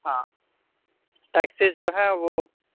ہاں ٹیکسز جو ہیں وہ